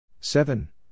seven